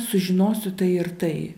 sužinosiu tai ir tai